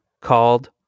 called